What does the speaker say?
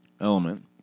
element